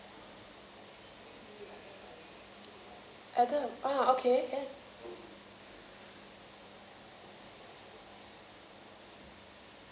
adam orh okay